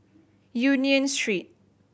Union Street